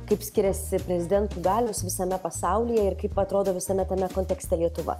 kaip skiriasi prezidentų galios visame pasaulyje ir kaip atrodo visame tame kontekste lietuva